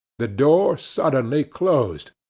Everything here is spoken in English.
the door suddenly closed.